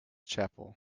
chapel